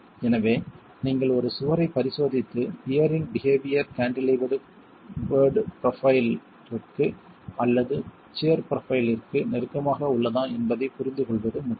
எனவே நீங்கள் ஒரு சுவரைப் பரிசோதித்து பியரின் பிஹேவியர் கான்டிலீவர்டு ப்ரொஃபைல்ற்கு அல்லது சியர் ப்ரொஃபைல்ற்கு நெருக்கமாக உள்ளதா என்பதைப் புரிந்துகொள்வது முக்கியம்